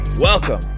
Welcome